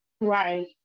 Right